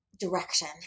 Direction